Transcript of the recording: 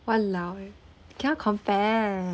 !walao! eh cannot compare